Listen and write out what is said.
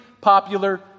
popular